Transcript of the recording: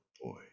boy